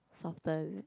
softer